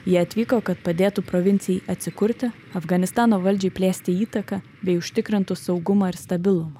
jie atvyko kad padėtų provincijai atsikurti afganistano valdžiai plėsti įtaką bei užtikrintų saugumą ir stabilumą